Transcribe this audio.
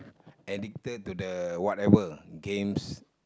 addicted to the whatever games